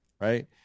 right